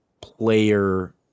player